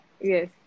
yes